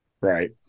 Right